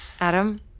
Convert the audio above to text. Adam